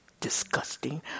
disgusting